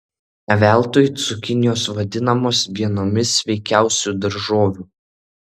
ne veltui cukinijos vadinamos vienomis sveikiausių daržovių